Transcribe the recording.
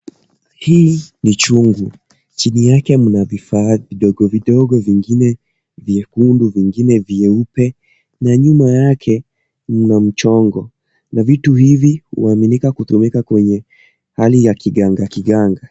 Hii ni chungu, chini yake mna vifaa vidogovidogo vingine vyekundu vingine vyeupe na nyuma yake mna mchongo na vitu hivi huaminika kutumika katika hali ya kigangakiganga.